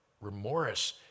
Remorse